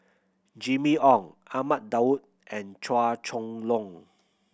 Jimmy Ong Ahmad Daud and Chua Chong Long